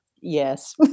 Yes